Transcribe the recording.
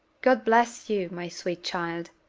god bless you, my sweet child!